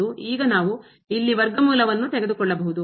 ಮತ್ತು ಈಗ ನಾವು ಇಲ್ಲಿ ವರ್ಗಮೂಲವನ್ನು ತೆಗೆದುಕೊಳ್ಳಬಹುದು